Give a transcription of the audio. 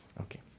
Okay